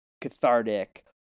cathartic